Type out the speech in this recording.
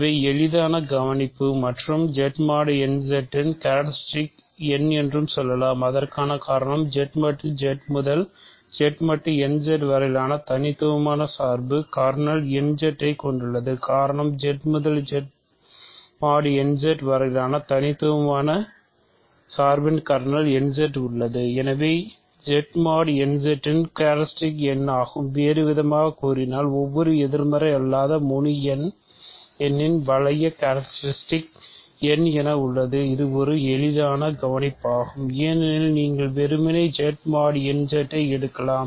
இவை எளிதான கவனிப்பு மற்றும் Z mod n Z இன் கேரக்ட்ரிஸ்டிக் n என உள்ளது இது ஒரு எளிதான கவனிப்பாகும் ஏனெனில் நீங்கள் வெறுமனே Z mod n Z ஐ எடுக்கலாம்